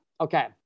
Okay